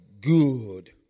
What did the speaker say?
Good